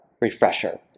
refresher